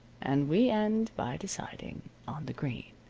and we end by deciding on the green.